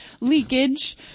leakage